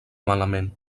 malament